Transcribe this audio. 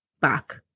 back